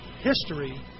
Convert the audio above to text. history